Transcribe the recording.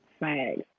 Right